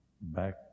Back